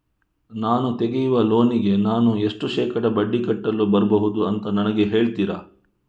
ನಾನು ತೆಗಿಯುವ ಲೋನಿಗೆ ನಾನು ಎಷ್ಟು ಶೇಕಡಾ ಬಡ್ಡಿ ಕಟ್ಟಲು ಬರ್ಬಹುದು ಅಂತ ನನಗೆ ಹೇಳ್ತೀರಾ?